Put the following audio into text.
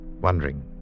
wondering